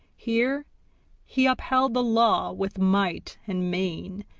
here he upheld the law with might and main,